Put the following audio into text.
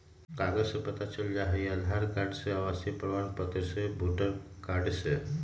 कागज से पता चल जाहई, आधार कार्ड से, आवासीय प्रमाण पत्र से, वोटर कार्ड से?